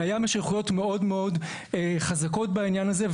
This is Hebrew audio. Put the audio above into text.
לים יש יכולות מאוד מאוד חזקות בעניין הזה,